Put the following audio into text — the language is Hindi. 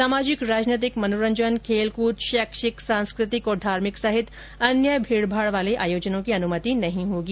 सामाजिक राजनैतिक मनोरंजन खेलकूद शैक्षिक सांस्कृतिक और धार्मिक सहित अन्य भीड़भाड़ वाले आयोजनों की अनुमति नहीं होगी